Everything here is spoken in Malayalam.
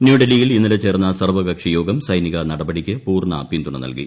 ന്യൂഡൽഹിയിൽ ഇന്നലെ ചേർന്ന സർവ്വകക്ഷിയോഗം സൈനിക നടപടിക്ക് പൂർണ്ണ പിന്തുണ നൽകി